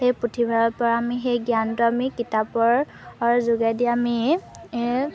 সেই পুথিভঁৰালৰ পৰা আমি সেই জ্ঞানটো আমি কিতাপৰ যোগেদি আমি